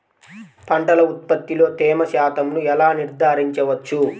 పంటల ఉత్పత్తిలో తేమ శాతంను ఎలా నిర్ధారించవచ్చు?